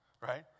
right